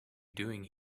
doing